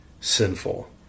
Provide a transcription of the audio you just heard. sinful